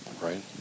Right